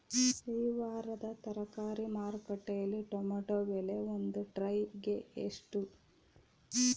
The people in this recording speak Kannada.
ಈ ವಾರದ ತರಕಾರಿ ಮಾರುಕಟ್ಟೆಯಲ್ಲಿ ಟೊಮೆಟೊ ಬೆಲೆ ಒಂದು ಟ್ರೈ ಗೆ ಎಷ್ಟು?